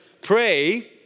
pray